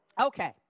Okay